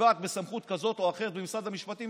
שפוגעת בסמכות כזאת או אחרת במשרד המשפטים,